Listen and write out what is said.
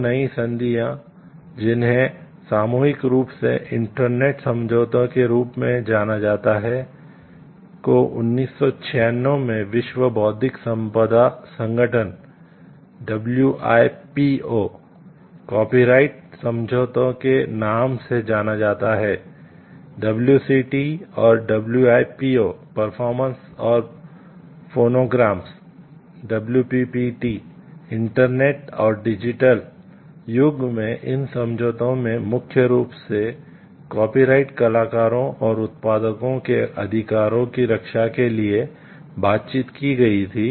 दो नई संधियों जिन्हें सामूहिक रूप से इंटरनेट कलाकारों और उत्पादकों के अधिकारों की रक्षा के लिए बातचीत की गई थी